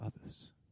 others